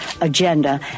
agenda